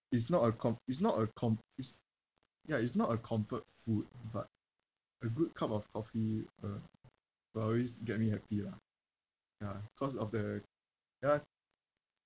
it's not a com~ it's not a com~ it's ya it's not a comfort food but a good cup of coffee uh will always get me happy lah ya cause of the ya